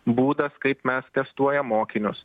būdas kaip mes testuojam mokinius